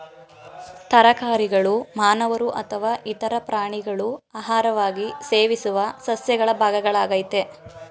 ತರಕಾರಿಗಳು ಮಾನವರು ಅಥವಾ ಇತರ ಪ್ರಾಣಿಗಳು ಆಹಾರವಾಗಿ ಸೇವಿಸುವ ಸಸ್ಯಗಳ ಭಾಗಗಳಾಗಯ್ತೆ